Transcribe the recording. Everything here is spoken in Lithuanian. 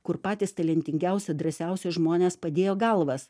kur patys talentingiausi drąsiausi žmonės padėjo galvas